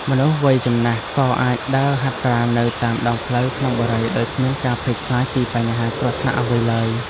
មនុស្សវ័យចំណាស់ក៏អាចដើរហាត់ប្រាណនៅតាមដងផ្លូវក្នុងបុរីដោយគ្មានការភ័យខ្លាចពីបញ្ហាគ្រោះថ្នាក់អ្វីឡើយ។